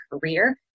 career